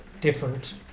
different